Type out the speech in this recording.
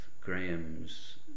Graham's